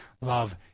love